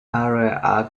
area